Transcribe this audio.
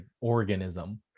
organism